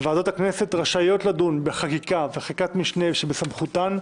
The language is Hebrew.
ועדות הכנסת רשאיות לדון בחקיקה וחקיקת משנה שבסמכותן,